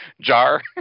jar